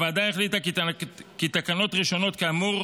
הוועדה החליטה כי תקנות ראשונות כאמור